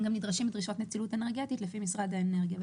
הם גם נדרשים לדרישות נצילות אנרגטית לפי משרד האנרגיה.